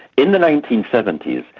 in the nineteen seventy s,